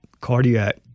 cardiac